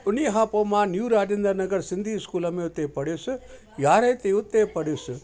उन्हीअ खां पऐ मां न्यू राजेन्द्र नगर सिंधी स्कूल में उते पढ़ियुसि यारहें ते उते पढ़ियुसि